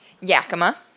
Yakima